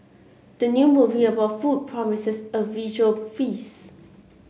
the new movie about food promises a visual feast